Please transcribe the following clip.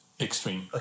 extreme